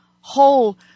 whole